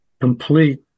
complete